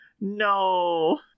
No